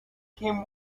him